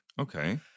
Okay